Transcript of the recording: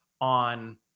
on